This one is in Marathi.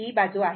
ही बाजू आहे